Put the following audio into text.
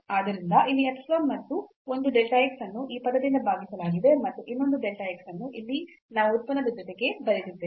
ಆದ್ದರಿಂದ ಇಲ್ಲಿ ಎಪ್ಸಿಲಾನ್ ಮತ್ತು ಒಂದು delta x ಅನ್ನು ಈ ಪದದಿಂದ ಭಾಗಿಸಲಾಗಿದೆ ಮತ್ತು ಇನ್ನೊಂದು delta x ಅನ್ನು ಇಲ್ಲಿ ನಾವು ಉತ್ಪನ್ನದ ಜೊತೆಗೆ ಬರೆದಿದ್ದೇವೆ